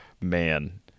Man